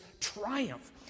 triumph